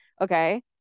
Okay